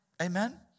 Amen